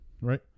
right